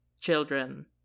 children